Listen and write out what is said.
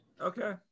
Okay